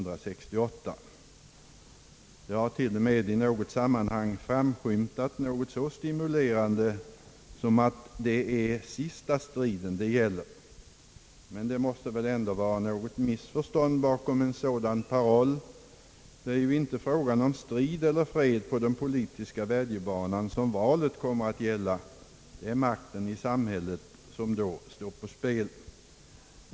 Det har t.o.m. i något sammanhang framskymtat något så stimulerande som att det är sista striden det gäller, men det måste väl vara något missförstånd bakom en sådan paroll. Valet kommer inte att gälla frågan om strid eller fred på den politiska vädjobanan, utan det är makten i samhället som står på spel.